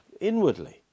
Inwardly